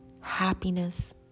happiness